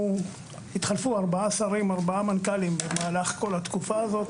התחלפו ארבעה שרים וארבעה מנכ"לים במהלך כל התקופה הזו.